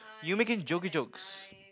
you make it joke jokes